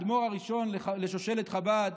האדמו"ר הראשון לשושלת חב"ד,